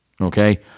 okay